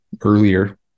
earlier